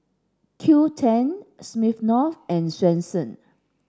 Qoo ten Smirnoff and Swensens